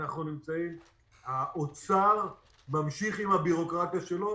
משרד האוצר ממשיך עם הבירוקרטיה שלו.